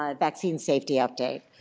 um vaccine safety update.